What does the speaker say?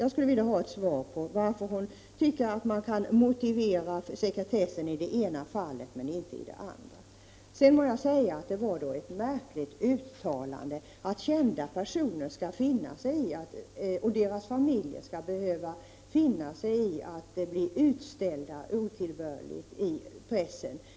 Jag skulle vilja ha ett svar på frågan, varför hon tycker att man kan motivera sekretessen i det ena fallet men inte i det andra. Jag må säga att det var ett märkligt uttalande att kända personer och deras familjer skall behöva finna sig i att bli otillbörligt utställda i pressen.